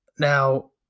Now